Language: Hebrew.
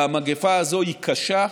המגפה הזאת היא קשה,